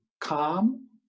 calm